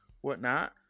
whatnot